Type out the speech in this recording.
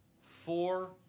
four